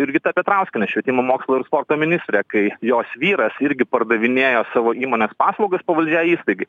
jurgita petrauskiene švietimo mokslo ir sporto ministre kai jos vyras irgi pardavinėjo savo įmonės paslaugas pavaldžiai įstaigai